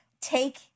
take